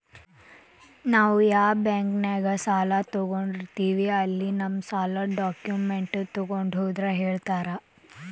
ನಾವ್ ಯಾ ಬಾಂಕ್ನ್ಯಾಗ ಸಾಲ ತೊಗೊಂಡಿರ್ತೇವಿ ಅಲ್ಲಿ ನಮ್ ಸಾಲದ್ ಡಾಕ್ಯುಮೆಂಟ್ಸ್ ತೊಗೊಂಡ್ ಹೋದ್ರ ಹೇಳ್ತಾರಾ